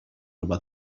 ruba